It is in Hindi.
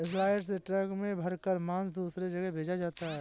सलयार्ड से ट्रक में भरकर मांस दूसरे जगह भेजा जाता है